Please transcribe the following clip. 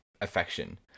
affection